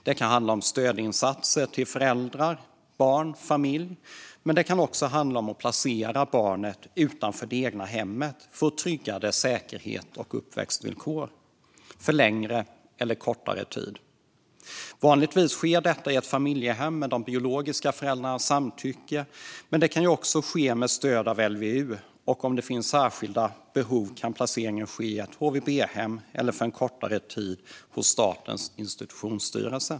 Det kan handla om stödinsatser till föräldrar, barn eller familj, men det kan också handla om att placera barnet utanför det egna hemmet för att trygga dess säkerhet och uppväxtvillkor för längre eller kortare tid. Vanligtvis sker detta i ett familjehem och med de biologiska föräldrarnas samtycke, men det kan också ske med stöd av LVU. Om det finns särskilda behov kan placeringen ske i ett HVB-hem eller för en kortare tid hos Statens institutionsstyrelse.